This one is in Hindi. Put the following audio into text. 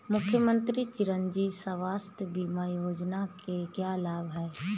मुख्यमंत्री चिरंजी स्वास्थ्य बीमा योजना के क्या लाभ हैं?